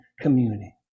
community